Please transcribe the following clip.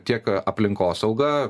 tiek aplinkosauga